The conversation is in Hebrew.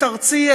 את ארצי,